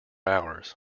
hours